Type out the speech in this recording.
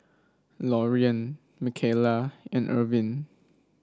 Loriann Micaela and Irvine